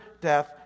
death